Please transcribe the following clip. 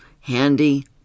handy